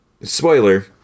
spoiler